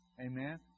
Amen